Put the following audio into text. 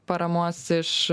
paramos iš